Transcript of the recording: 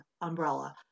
umbrella